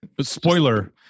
Spoiler